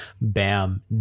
Bam